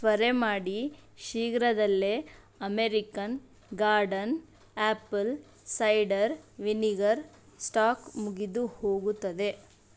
ತ್ವರೆ ಮಾಡಿ ಶೀಘ್ರದಲ್ಲೇ American Garden apple cider vinegar stock ಮುಗಿದು ಹೋಗುತ್ತದೆ